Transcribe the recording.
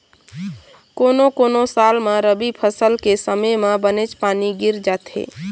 कोनो कोनो साल म रबी फसल के समे म बनेच पानी गिर जाथे